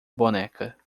boneca